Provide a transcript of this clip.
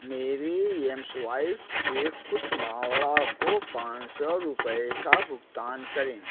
मेरे एमस्वाइप से कुश मावड़ा को पाँच सौ रुपये का भुगतान करें